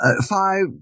Five